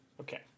Okay